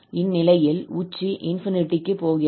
இந்நிலையில் உச்சி ∞ க்கு போகிறது